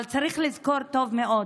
אבל צריך לזכור טוב מאוד